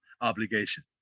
obligation